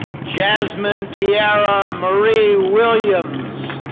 jasmine tiara marie williams.